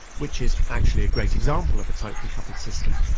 which is actually a great example of a tightly coupled system.